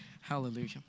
Hallelujah